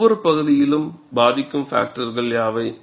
ஒவ்வொரு பகுதியிலும் பாதிக்கும் பாக்டர்கள் யாவை